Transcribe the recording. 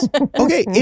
Okay